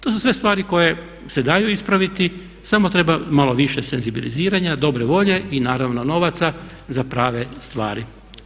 To su sve stvari koje se daju ispraviti samo trebam malo više senzibiliziranja, dobre volje i naravno novaca za prave stvari.